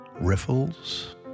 Riffles